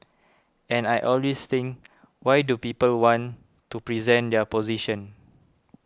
and I always think why do people want to present their position